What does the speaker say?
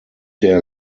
der